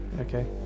Okay